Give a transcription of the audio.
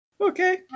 Okay